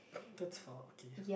that's far okay